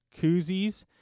koozies